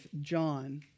John